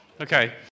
Okay